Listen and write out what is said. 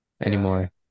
anymore